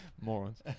morons